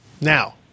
now